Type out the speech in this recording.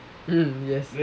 mm yes